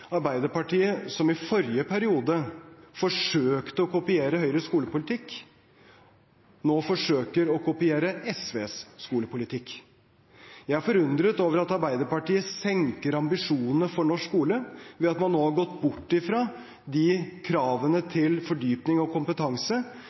Arbeiderpartiet, som i forrige periode forsøkte å kopiere Høyres skolepolitikk, nå forsøker å kopiere SVs skolepolitikk. Jeg er forundret over at Arbeiderpartiet senker ambisjonene for norsk skole ved at man nå har gått bort fra de kravene